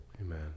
Amen